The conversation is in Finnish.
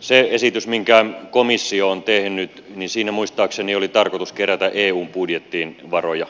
siinä esityksessä minkä komissio on tehnyt muistaakseni oli tarkoitus kerätä eun budjettiin varoja